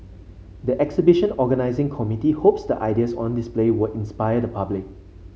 the exhibition organising committee hopes the ideas on display would inspire the public